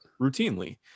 routinely